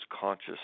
conscious